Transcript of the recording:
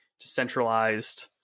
decentralized